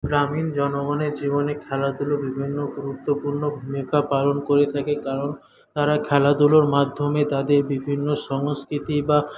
গ্রামীণ জনগণের জীবনে খেলাধুলো বিভিন্ন গুরুত্বপূর্ণ ভুমিকা পালন করে থাকে কারণ তারা খেলাধুলোর মাধ্যমে তাদের বিভিন্ন সংস্কৃতি বা